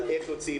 על איך יוצאים,